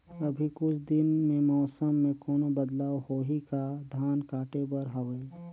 अभी कुछ दिन मे मौसम मे कोनो बदलाव होही का? धान काटे बर हवय?